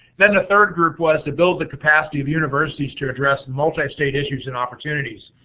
then the third group was to build the capacity of universities to address multi-state issues and opportunities.